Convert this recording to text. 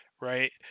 Right